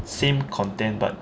same content but